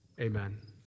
Amen